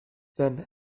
then